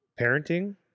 parenting